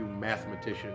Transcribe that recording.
mathematician